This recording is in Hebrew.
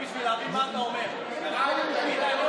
בשביל להבין מה אתה אומר, נעשה ביחד.